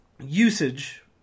usage